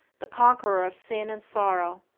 the conqueror of sin and sorrow,